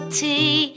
tea